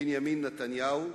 בנימין נתניהו,